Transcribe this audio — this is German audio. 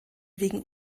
wegen